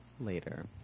later